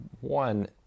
One